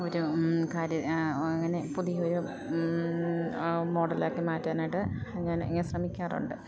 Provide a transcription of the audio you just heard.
ഒരു കാര്യം അങ്ങനെ പുതിയ ഒരു മോഡലാക്കി മാറ്റാനായിട്ട് ഞാൻ ഇങ്ങന ശ്രമിക്കാറുണ്ട്